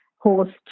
horse